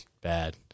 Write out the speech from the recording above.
bad